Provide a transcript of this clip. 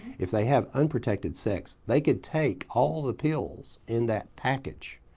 if they have unprotected sex, they could take all of the pills in that package,